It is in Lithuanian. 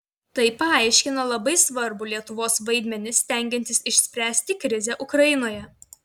tai paaiškina labai svarbų lietuvos vaidmenį stengiantis išspręsti krizę ukrainoje